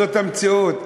זאת המציאות,